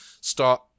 start